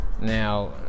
Now